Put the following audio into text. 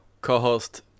co-host